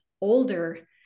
older